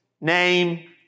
name